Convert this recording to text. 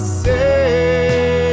say